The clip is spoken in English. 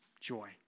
joy